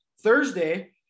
Thursday